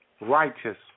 righteous